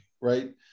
right